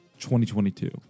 2022